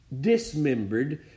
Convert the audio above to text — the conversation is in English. dismembered